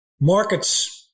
markets